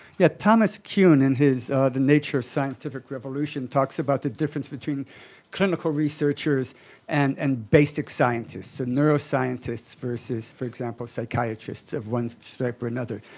yeah, thomas kuhn in his the nature of scientific revolution talks about the difference between clinical researchers and and basic scientists, and neuroscientists versus, for example, psychiatrists of one stripe or another.